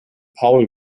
paul